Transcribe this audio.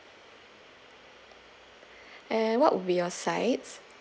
and what will be your sides